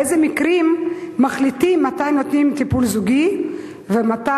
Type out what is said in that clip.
באיזה מקרים מחליטים מתי נותנים טיפול זוגי ומתי